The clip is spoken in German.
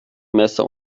messer